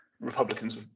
Republicans